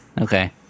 okay